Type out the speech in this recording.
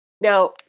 Now